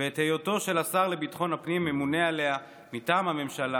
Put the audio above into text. ואת היותו של השר לביטחון הפנים ממונה עליה מטעם הממשלה,